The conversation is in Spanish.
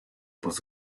post